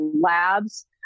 labs